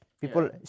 People